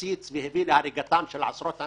שהפציץ והביא להריגתם של עשרות אנשים?